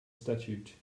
statute